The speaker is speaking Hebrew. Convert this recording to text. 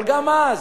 אבל גם אז,